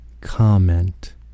Comment